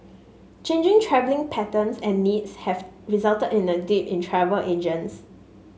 changing travelling patterns and needs have resulted in a dip in travel agents